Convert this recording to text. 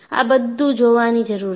આ બધું જોવાની જરૂર છે